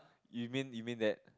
you mean you mean that